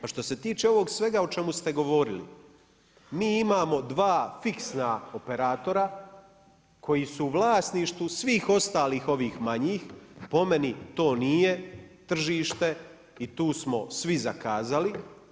A što se tiče ovog svega o čemu ste govorili, mi imamo dva fiksna operatora koji su u vlasništvu svih ostalih ovih manjih po meni to nije tržište i tu smo svi zakazali.